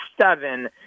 seven